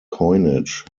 coinage